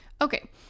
Okay